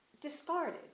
discarded